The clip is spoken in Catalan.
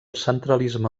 centralisme